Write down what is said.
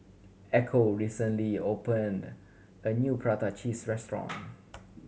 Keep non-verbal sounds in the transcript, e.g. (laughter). Echo recently opened a new prata cheese restaurant (noise)